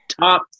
top